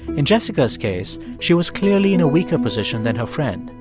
in jessica's case, she was clearly in a weaker position than her friend.